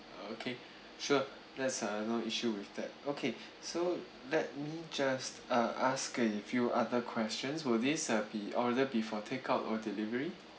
okay sure that's a no issue with that okay so let me just uh ask a few other questions will this uh be order be for takeout or delivery